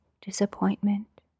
disappointment